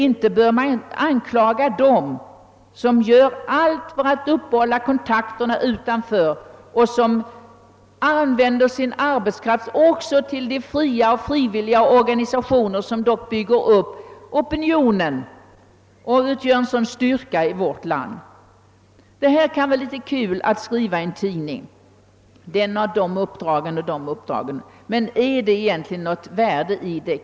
Inte bör man rikta anklagelser mot dem som håller kontakterna med verksamheten utanför riksdagen och partierna och som ägnar sin arbetskraft också åt de fria och frivilliga organisationer som dock bestämmer opinionen och utgör en styrka för vårt land. Det kan vara kul att skriva i en tidning vilka uppdrag den ene eller andre riksdagsmannen har, men ligger det något värde i det?